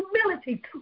humility